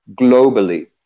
globally